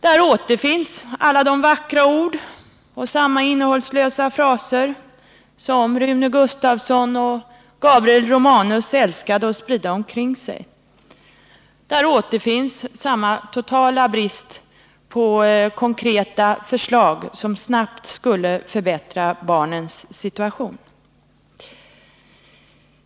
Där återfinns alla de vackra ord och samma innehållslösa fraser som Rune Gustavsson och Gabriel Romanus älskade att sprida omkring sig. Där återfinns samma totala brist på konkreta förslag som snabbt skulle förbättra barnens situation.